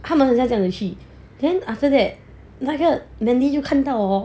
他们好像再回去 then after that like 那个 mandy 就看到 hor